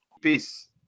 Peace